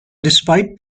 despite